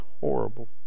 horrible